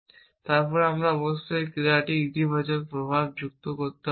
এবং তারপরে আমাকে অবশ্যই এই ক্রিয়াটির ইতিবাচক প্রভাব যুক্ত করতে হবে